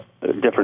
different